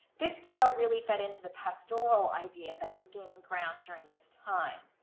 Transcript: this style really fed into the pastoral idea that was gaining ground during this time.